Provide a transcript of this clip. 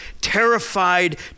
terrified